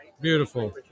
Beautiful